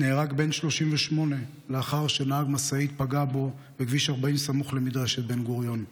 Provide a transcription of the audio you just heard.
נהרג בן 38 לאחר שנהג משאית פגע בו בכביש 40 סמוך למדרשת בן-גוריון.